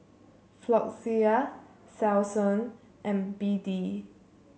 Floxia Selsun and B D